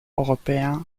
européen